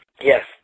yes